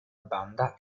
banda